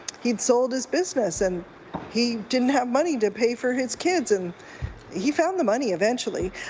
he sold his business and he didn't have money to pay for his kids. and he found the money eventually.